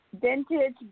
vintage